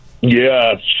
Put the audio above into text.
Yes